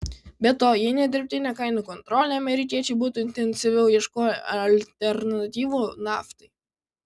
be to jei ne dirbtinė kainų kontrolė amerikiečiai būtų intensyviau ieškoję alternatyvų naftai